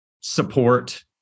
Support